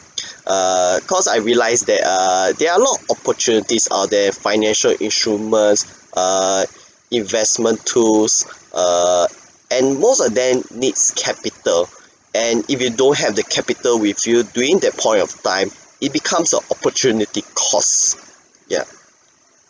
err cause I realise that err there are a lot of opportunities out there financial instruments err investment tools err and most of them needs capital and if you don't have the capital with you during that point of time it becomes a opportunity cost ya